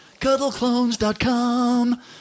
CuddleClones.com